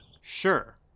Sure